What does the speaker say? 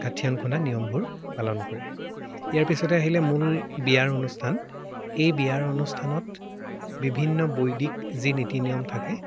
গাঠিয়ন খুন্দা নিয়মবোৰ পালন কৰে ইয়াৰ পিছতে আহিলে মূল বিয়াৰ অনুষ্ঠান এই বিয়াৰ অনুষ্ঠানত বিভিন্ন বৈদিক যি নীতি নিয়ম থাকে